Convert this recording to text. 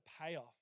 payoff